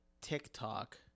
TikTok